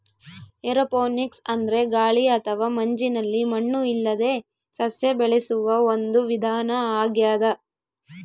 aeroponics ಅಂದ್ರೆ ಗಾಳಿ ಅಥವಾ ಮಂಜಿನಲ್ಲಿ ಮಣ್ಣು ಇಲ್ಲದೇ ಸಸ್ಯ ಬೆಳೆಸುವ ಒಂದು ವಿಧಾನ ಆಗ್ಯಾದ